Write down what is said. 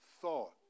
thought